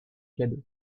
cadeau